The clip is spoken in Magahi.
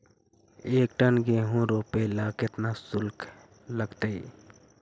एक टन गेहूं रोपेला केतना शुल्क लगतई?